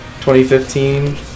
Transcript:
2015